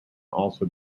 also